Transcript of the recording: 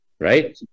right